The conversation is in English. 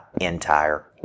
entire